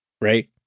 right